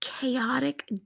chaotic